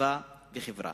סביבה וחברה.